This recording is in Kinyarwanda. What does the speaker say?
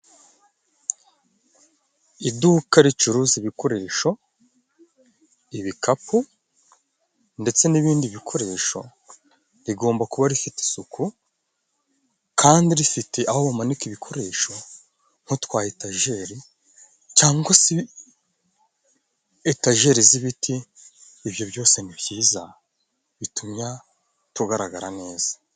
Iduka ricuruza ibikoresho, ibikapu ndetse n'ibindi bikoresho, rigomba kuba rifite isuku kandi rifite aho bamanika ibikoresho, nko utwa etajeri cyangwa se etajeri z'ibiti, ibyo byose ni byiza bituma tugaragara neza.